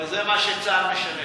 אבל זה מה שצה"ל משלם.